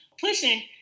pushing